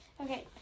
Okay